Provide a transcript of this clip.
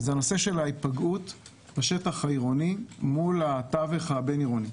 וזה נושא ההיפגעות בשטח העירוני מול התווך הבין-עירוני.